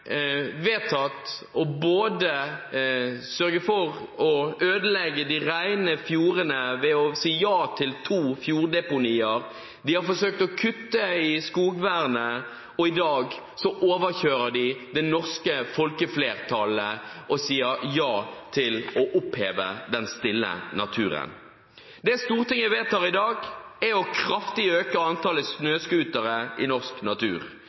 vedtatt å sørge for å ødelegge de rene fjordene ved å si ja til to fjorddeponier, den har forsøkt å kutte i skogvernet, og i dag overkjører den det norske folkeflertallet og sier ja til å oppheve den stille naturen. Det Stortinget vedtar i dag, er å øke kraftig antallet snøscootere i norsk natur.